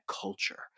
culture